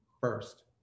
first